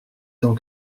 tant